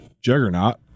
juggernaut